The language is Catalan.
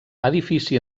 edifici